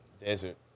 desert